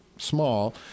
small